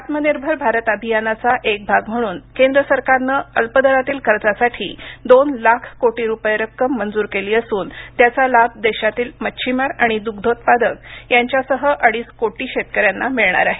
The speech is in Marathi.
आत्मनिर्भर भारत अभियानाचा एक भाग म्हणून केंद्र सरकारनं अल्पदरातील कर्जासाठी दोन लाख कोटी रुपये रक्कम मंजूर केली असून त्याचा लाभ देशातील मच्छिमार आणि दुग्धोत्पादक यांच्यासह अडीच कोटी शेतकऱ्यांना मिळणार आहे